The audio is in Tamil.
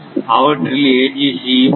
அவற்றில் AGC ம் ஒன்று